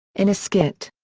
in a skit.